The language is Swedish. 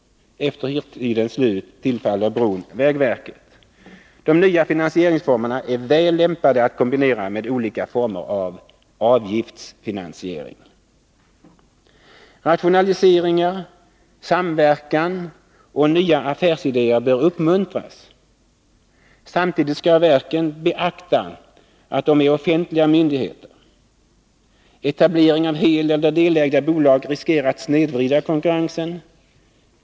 Efter hyrtidens slut tillfaller bron vägverket. De nya finansieringsformerna är väl lämpade att kombinera med olika former av avgiftsfinansiering. Rationaliseringar, samverkan och nya affärsidéer bör uppmuntras. Samtidigt skall verken beakta att de är offentliga myndigheter. Etablering av heleller delägda bolag riskerar att snedvrida konkurrensen.